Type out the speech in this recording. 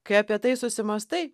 kai apie tai susimąstai